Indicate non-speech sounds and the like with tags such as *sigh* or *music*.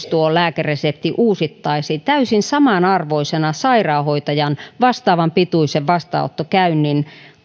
*unintelligible* tuo lääkeresepti uusittaisiin täysin samanarvoisena sairaanhoitajan vastaavan pituisen vastaanottokäynnin